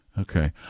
Okay